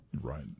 Right